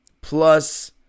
plus